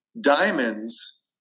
Diamonds